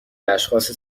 اشخاص